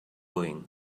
going